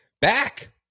back